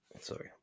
Sorry